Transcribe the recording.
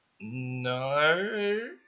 No